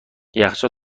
یخچال